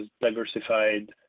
diversified